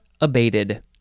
abated